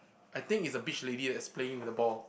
I think it's a beach lady that's playing with the ball